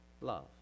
love